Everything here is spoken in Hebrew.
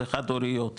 זה חד הוריות.